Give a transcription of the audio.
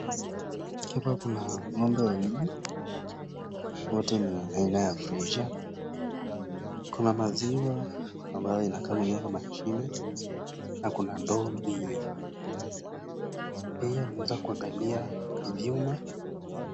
Hapa kuna ng'ombe wawili, wote anyway aina ya Freisian. Kuna maziwa ambayo inakamuliwa na mashine na kuna ndoo mbili. Pia unaweza kuangalia vyuma.